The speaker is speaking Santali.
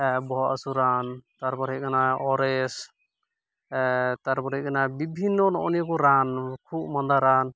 ᱵᱚᱦᱚᱜ ᱦᱟᱹᱥᱩ ᱨᱟᱱ ᱛᱟᱨᱯᱚᱨᱮ ᱦᱩᱭᱩᱜ ᱠᱟᱱᱟ ᱳᱨᱮᱥ ᱛᱟᱨᱯᱚᱨᱮ ᱦᱩᱭᱩᱜ ᱠᱟᱱᱟ ᱵᱤᱵᱷᱤᱱᱱᱚ ᱱᱚᱜᱼᱚᱸᱭ ᱱᱤᱭᱟᱹᱠᱚ ᱨᱟᱱ ᱠᱷᱩᱜ ᱢᱟᱸᱫᱟ ᱨᱟᱱ